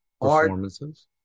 performances